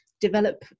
develop